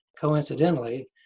coincidentally